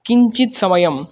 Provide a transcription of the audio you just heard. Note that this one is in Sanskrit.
किञ्चित् समयम्